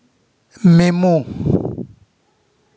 memo